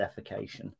defecation